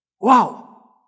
Wow